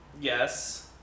Yes